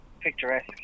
Picturesque